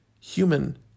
human